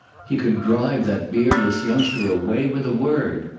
he could drive that beardless youngster away with a word.